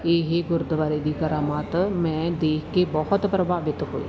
ਇਹੀ ਗੁਰਦੁਆਰੇ ਦੀ ਕਰਾਮਾਤ ਮੈਂ ਦੇਖ ਕੇ ਬਹੁਤ ਪ੍ਰਭਾਵਿਤ ਹੋਈ